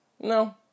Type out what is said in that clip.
No